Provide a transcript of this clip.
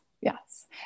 yes